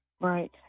Right